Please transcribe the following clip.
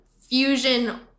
fusion